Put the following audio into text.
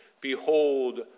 Behold